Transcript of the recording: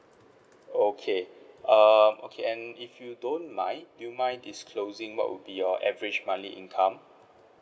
okay err okay and if you don't mind do you mind disclosing what would be your average monthly income